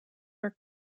are